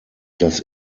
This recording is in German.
das